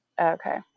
Okay